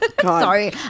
Sorry